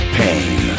pain